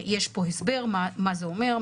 יש פה הסבר מה זה אומר,